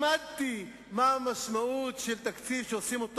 למדתי מה המשמעות של תקציב שעושים אותו